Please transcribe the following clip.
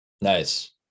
Nice